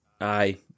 Aye